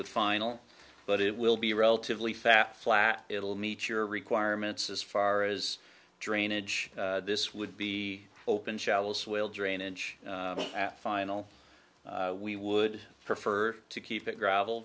with final but it will be relatively fast flat it will meet your requirements as far as drainage this would be open shuttles will drainage at final we would prefer to keep it gravel